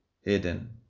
hidden